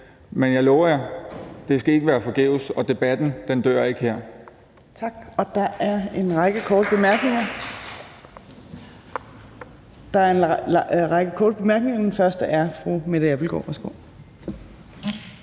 Men jeg lover jer: Det skal ikke være forgæves, og debatten dør ikke her.